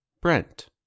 Brent